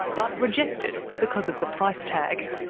but rejected, because of the price tag.